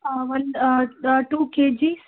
ಆ ಒಂದು two K G